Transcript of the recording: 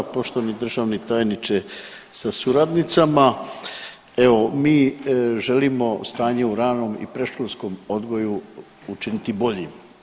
Poštovani državni tajniče sa suradnicama, evo mi želimo stanje u ranom i predškolskom odgoju učiniti boljim.